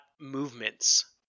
movements